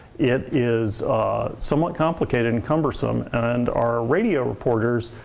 it is somewhat complicated and cumbersome. and our radio reporters